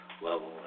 level